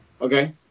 Okay